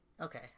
Okay